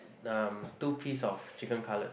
um two piece of chicken cutlet